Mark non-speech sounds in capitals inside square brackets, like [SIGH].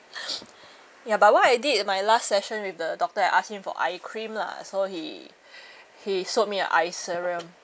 [BREATH] ya but what I did in my last session with the doctor I asked him for eye cream lah so he [BREATH] he sold me an eye serum